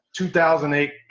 2008